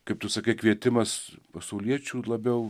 kaip tu sakai kvietimas pasauliečių labiau